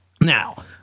Now